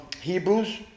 Hebrews